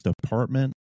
Department